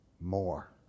more